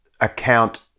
account